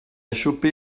chopé